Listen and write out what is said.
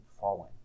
falling